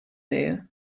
nähe